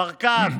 ברקת,